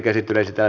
asia